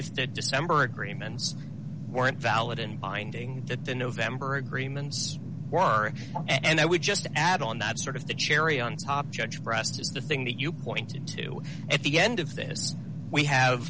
if the december agreements weren't valid and binding that the november agreements and i would just add on that sort of the cherry on top judge for us is the thing that you pointed to at the end of this we have